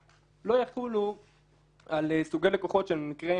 ערבות לצורך כיסוי חוב שלו --- זה בדיוק מה שכתוב